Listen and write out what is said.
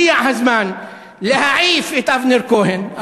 הגיע הזמן להעיף את אבנר כהן,